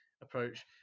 approach